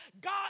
God